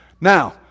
Now